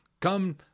come